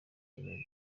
abagore